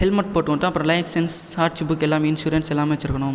helmet போட்டு ஓட்ணும் அப்புறம் லைசென்ஸ் ஆர்சி புக் எல்லாம் இன்சூரன்ஸ் எல்லாம் வைச்சிருக்கணும்